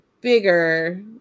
bigger